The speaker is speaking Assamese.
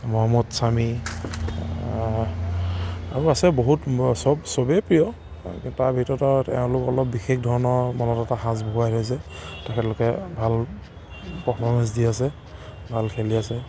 মহম্মদ শামী আৰু আছে বহুত চব চবেই প্ৰিয় তাৰ ভিতৰত আৰু তেওঁলোক অলপ বিশেষ ধৰণৰ মনত এটা সাঁচ বহুৱাই থৈছে তেখেতলোকে ভাল পাৰফৰ্মেঞ্চ দি আছে ভাল খেলি আছে